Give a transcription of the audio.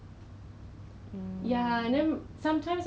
but then right 我跟你讲 like talking about quality